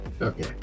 okay